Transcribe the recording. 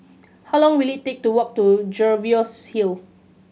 how long will it take to walk to Jervois Hill